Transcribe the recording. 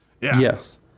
Yes